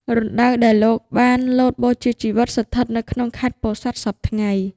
រណ្ដៅដែលលោកបានលោតបូជាជីវិត ស្ថិតនៅក្នុងខេត្តពោធិ៍សាត់សព្វថ្ងៃ។